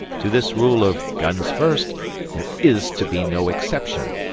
to this rule of guns first there is to be no exception.